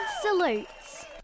Salutes